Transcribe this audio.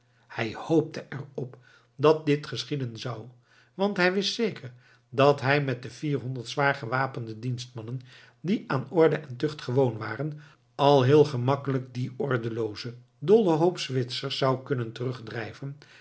hij hoopte er op dat dit geschieden zou want hij wist zeker dat hij met de vierhonderd zwaar gewapende dienstmannen die aan orde en tucht gewoon waren al heel gemakkelijk dien ordeloozen dollen hoop zwitsers zou kunnen terugdrijven